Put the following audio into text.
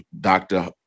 Dr